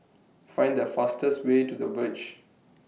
Find The fastest Way to The Verge